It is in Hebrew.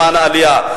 למען העלייה.